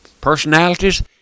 Personalities